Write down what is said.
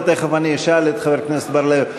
ותכף אני אשאל את חבר הכנסת בר-לב: